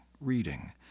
reading